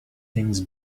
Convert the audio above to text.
things